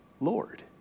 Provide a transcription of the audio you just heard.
Lord